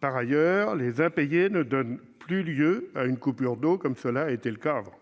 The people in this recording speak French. Par ailleurs, les impayés ne donnent plus lieu à une coupure d'eau, comme cela était le cas auparavant.